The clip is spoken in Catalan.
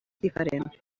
diferent